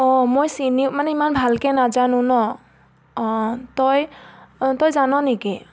অঁ মই চিনী মানে ইমান ভালকৈ নাজানো ন অঁ তই তই জান' নেকি